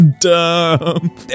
dumb